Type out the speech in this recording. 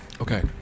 Okay